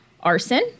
arson